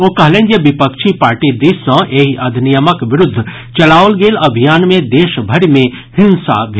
ओ कहलनि जे विपक्षी पार्टी दिस सॅ एहि अधिनियमक विरूद्ध चलाओल गेल अभियान मे देशभरि मे हिंसा भेल